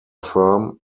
firm